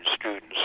students